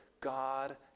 God